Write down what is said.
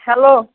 hello